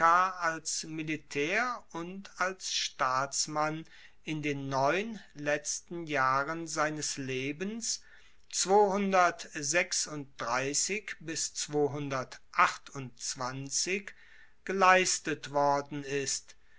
als militaer und als staatsmann in den neun letzten jahren seines lebens geleistet worden ist